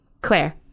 Claire